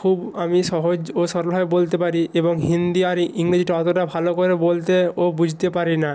খুব আমি সহজ ও সরলভাবে বলতে পারি এবং হিন্দি আর ইংরেজিটা অতোটা ভালো করে বলতে ও বুঝতে পারি না